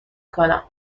کنم